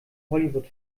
hollywood